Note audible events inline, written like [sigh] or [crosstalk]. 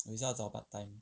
[noise] 我也是要找 part time